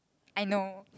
I know